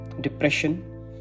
depression